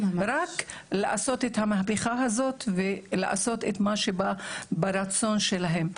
רק לעשות את המהפכה הזאת ולעשות את מה שברצון שלהם.